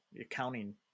accounting